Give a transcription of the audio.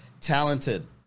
talented